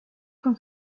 con